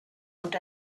und